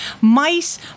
mice